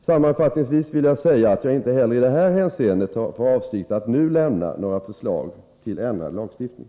Sammanfattningsvis vill jag säga att jag inte heller i det här hänseendet har för avsikt att nu lämna några förslag till ändrad lagstiftning.